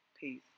Peace